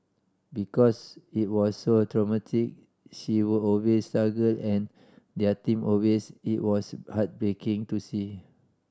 because it was so traumatic she would always struggle and tear them a way's it was heartbreaking to see